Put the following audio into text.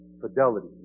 fidelity